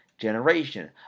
Generation